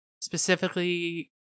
specifically